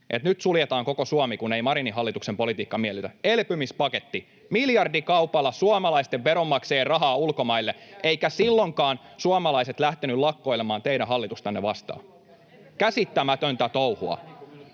nyt suljetaan koko Suomi, kun ei Marinin hallituksen politiikka miellytä. Elpymispaketti, miljardikaupalla suomalaisten veronmaksajien rahaa ulkomaille, eivätkä silloinkaan suomalaiset lähteneet lakkoilemaan teidän hallitustanne vastaan. [Kim Berg: